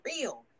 real